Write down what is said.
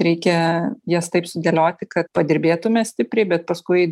reikia jas taip sudėlioti kad padirbėtume stipriai bet paskui